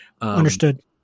Understood